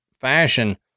fashion